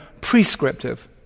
prescriptive